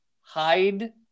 hide